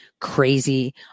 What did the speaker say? crazy